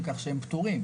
אז הם פטורים.